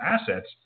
assets